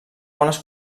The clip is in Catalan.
bones